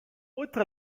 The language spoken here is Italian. oltre